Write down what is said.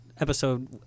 episode